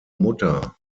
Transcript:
mutter